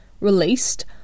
released